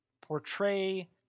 portray